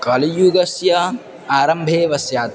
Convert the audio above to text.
कालियुगस्य आरम्भे एव स्यात्